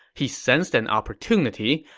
he sensed an opportunity.